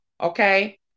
Okay